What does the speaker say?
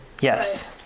yes